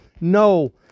No